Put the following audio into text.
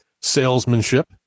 salesmanship